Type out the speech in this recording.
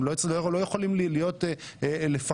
אנחנו לא יכולים לפחד,